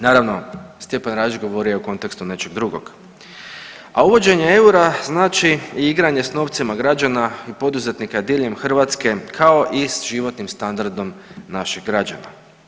Naravno Stjepan Radić govorio je u kontekstu nečeg drugog A uvođenje eura znači i igranje s novcima građana i poduzetnika diljem Hrvatske kao i s životnim standardom naših građana.